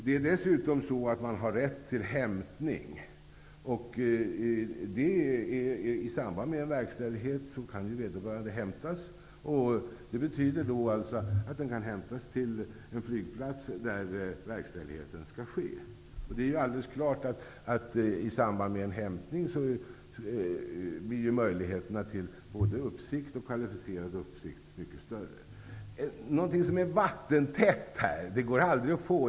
Det är dessutom så att man har rätt till hämtning. I samband med en verkställighet kan ju vederbörande hämtas. Det betyder att personen kan hämtas till en flygplats där verkställigheten skall ske. I samband med en hämtning blir ju möjligheterna till uppsikt och kvalificerad uppsikt mycket större. Det går aldrig att få ett vattentätt system här.